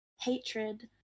hatred